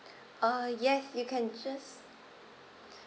uh yes you can just